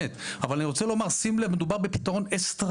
אבל אני רוצה לומר, שים לב, מדובר בפתרון אסטרטגי.